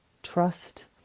trust